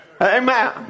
Amen